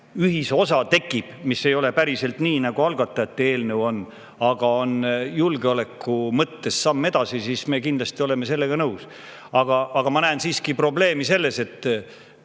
ühisosa, mis ei ole päriselt selline, nagu on algatajate eelnõu, aga mis on julgeoleku mõttes samm edasi, siis me kindlasti oleme sellega nõus. Aga ma näen siiski probleemi selles,